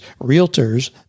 realtors